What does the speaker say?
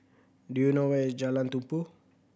do you know where is Jalan Tumpu